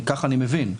ככה אני מבין.